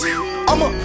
I'ma